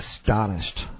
astonished